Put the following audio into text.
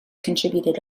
contributed